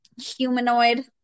Humanoid